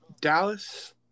Dallas